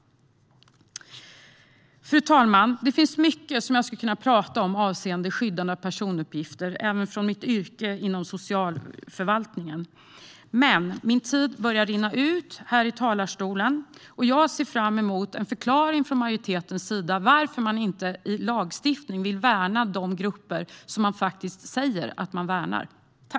Fru talman! Det finns mycket jag skulle kunna tala om avseende skyddande av personuppgifter även utifrån mitt yrke inom socialförvaltningen. Men min tid här i talarstolen börjar rinna ut. Jag ser fram emot en förklaring från majoritetens sida om varför man inte i lagstiftning vill värna de grupper som man säger sig värna.